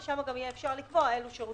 שיהיה ברור.